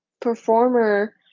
performer